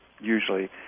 usually